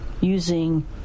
using